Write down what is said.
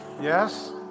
Yes